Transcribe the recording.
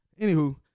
anywho